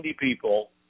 people